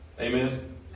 Amen